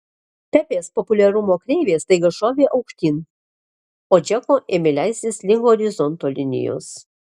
pepės populiarumo kreivė staiga šovė aukštyn o džeko ėmė leistis link horizonto linijos